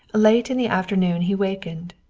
late in the afternoon he wakened.